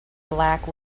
black